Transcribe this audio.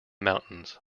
mountains